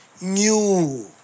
new